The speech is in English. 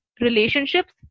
relationships